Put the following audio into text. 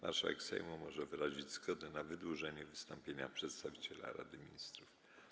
Marszałek Sejmu może wyrazić zgodę na wydłużenie wystąpienia przedstawiciela Rady Ministrów.